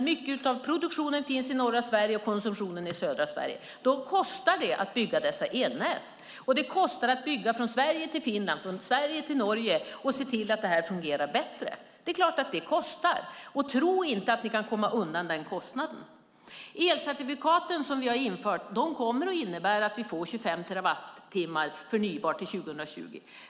Mycket av produktionen finns i norra Sverige och mycket av konsumtionen i södra Sverige. Då kostar det att bygga dessa elnät. Det kostar att bygga från Sverige till Finland och från Sverige till Norge och se till att det fungerar bättre. Det är klart att det kostar. Tro inte att ni kan komma undan den kostnaden! Elcertifikaten som vi har infört kommer att innebära att vi får 25 terawattimmar förnybart till 2020.